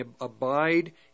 abide